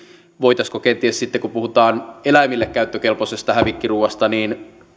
voitaisiinko kenties sitten kun puhutaan eläimille käyttökelpoisesta hävikkiruuasta